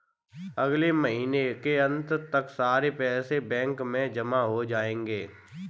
अगले महीने के अंत तक सारे पैसे बैंक में जमा हो जायेंगे